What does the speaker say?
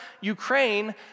Ukraine